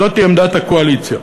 זאת עמדת הקואליציה.